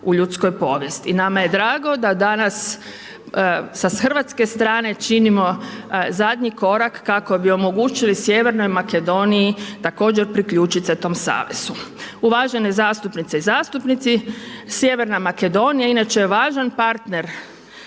u ljudskoj povijesti, nama je drago da danas sa hrvatske strane činimo zadnji korak kako bi omogućili sjevernoj Makedoniji također priključit se tom savezu. Uvažene zastupnice i zastupnici, sjeverna Makedonija inače je važan partner